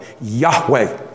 Yahweh